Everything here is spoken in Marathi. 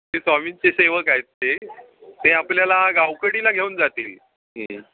ते स्वामींचे सेवक आहेत ते आपल्याला गावखडीला घेऊन जातील